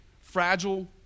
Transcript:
fragile